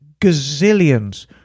gazillions